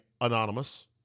anonymous